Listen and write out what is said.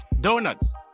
Donuts